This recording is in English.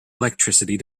electricity